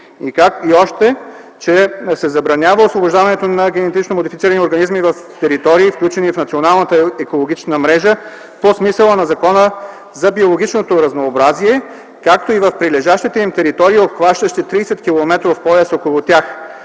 И още, че се забранява освобождаването на генетично модифицирани организми в територии, включени в Националната екологична мрежа по смисъла на Закона за биологичното разнообразие, както и в прилежащите им територии, обхващащи 30-километров пояс около тях,